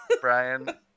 Brian